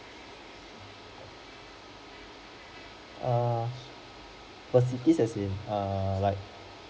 err facilities as in err like